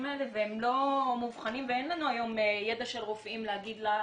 האלה והם לא מאובחנים ואין לנו היום ידע של רופאים להגיד לך: